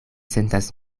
sentas